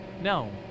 No